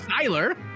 Tyler